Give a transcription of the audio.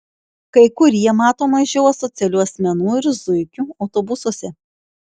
kai kurie mato mažiau asocialių asmenų ir zuikių autobusuose